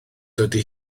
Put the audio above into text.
dydy